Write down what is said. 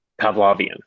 Pavlovian